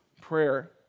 prayer